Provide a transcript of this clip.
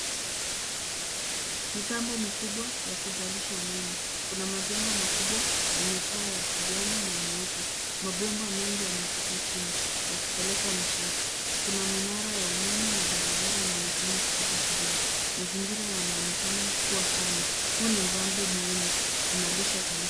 Mitambo mikubwa ya kuzalisha umeme. Kuna majengo makubwa yenye paa ya kijani na nyeupe. Mabomba mengi yanapita chini yakipekeka nishati. Kuna mnara ya umeme na barabara inaonekana ikipita karibu. Mazingira yanaonekana kuwa kame. Huu ni mradi muhimu. Unalisha taifa.